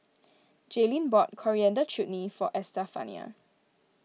Jaylin bought Coriander Chutney for Estefania